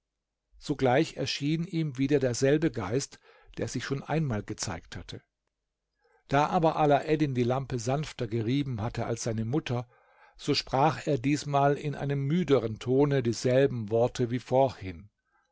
sogleich erschien ihm wieder derselbe geist der sich schon einmal gezeigt hatte da aber alaeddin die lampe sanfter gerieben hatte als seine mutter so sprach er diesmal in einem müderen tone dieselben worte wie vorhin